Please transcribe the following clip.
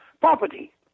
property